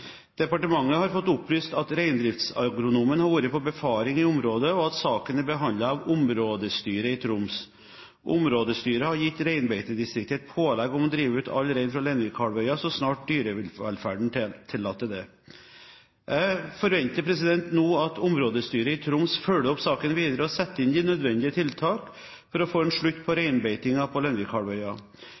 Departementet har fått opplyst at reindriftsagronomen har vært på befaring i området, og at saken er behandlet av områdestyret i Troms. Områdestyret har gitt reinbeitedistriktet et pålegg om å drive ut all rein fra Lenvikhalvøya så snart dyrevelferden tillater det. Jeg forventer nå at områdestyret i Troms følger opp saken videre og setter inn de nødvendige tiltak for å få en slutt på reinbeitingen på